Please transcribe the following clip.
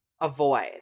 avoid